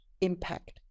impact